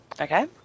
Okay